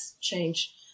change